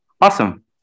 Awesome